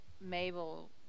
Mabel